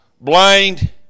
blind